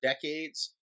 decades